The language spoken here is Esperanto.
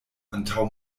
antaŭ